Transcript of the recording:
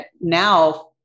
now